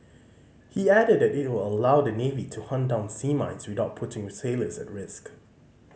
he added it will allow the navy to hunt down sea mines without putting sailors at risk